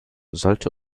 sollte